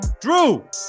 drew